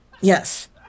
Yes